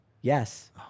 Yes